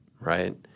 right